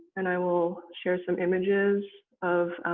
and i will share some images of